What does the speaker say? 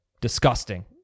disgusting